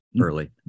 early